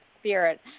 spirit